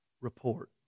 report